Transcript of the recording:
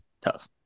tough